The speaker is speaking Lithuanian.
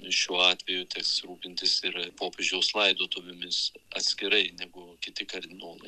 šiuo atveju teks rūpintis ir popiežiaus laidotuvėmis atskirai negu kiti kardinolai